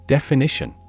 Definition